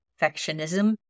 perfectionism